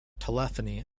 telephony